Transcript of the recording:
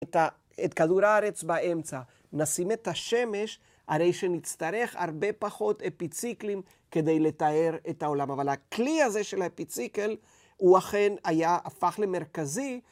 את כדור הארץ באמצע, נשים את השמש, הרי שנצטרך הרבה פחות אפיציקלים כדי לתאר את העולם. אבל הכלי הזה של האפיציקל, הוא אכן היה, הפך למרכזי.